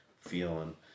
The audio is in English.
feeling